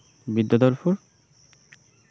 Bidyadharpur